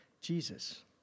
Jesus